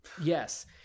Yes